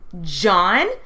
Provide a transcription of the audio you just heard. John